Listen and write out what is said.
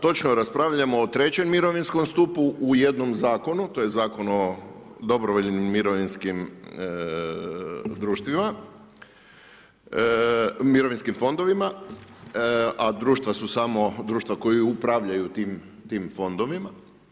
Točno raspravljamo o trećem mirovinskom stupu u jednom zakonu, to je zakon o dobrovoljnim mirovinskim društvima, mirovinskim fondovima, a društva su samo, društva koja upravljaju tim fondovima.